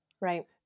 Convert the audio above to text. Right